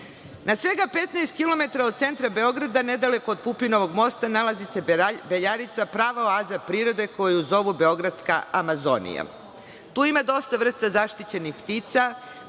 Na svega 15 kilometra od centra Beograda, nedaleko od Pupunovog mosta nalazi se Beljarica prava oaza prirode koju zovu Beogradska amazonija. Tu ima dosta vrsta zaštićenih ptica,